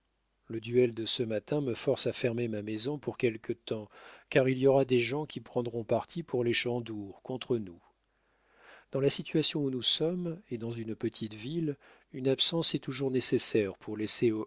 le duel de ce matin me force à fermer ma maison pour quelque temps car il y aura des gens qui prendront parti pour les chandour contre nous dans la situation où nous sommes et dans une petite ville une absence est toujours nécessaire pour laisser